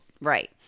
Right